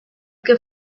que